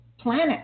planet